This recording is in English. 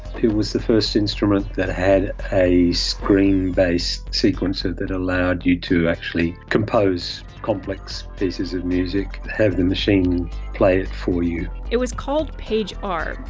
was the first instrument that had a screen based sequencer, that allowed you to actually compose complex pieces of music, have the machine play it for you. it was called page r.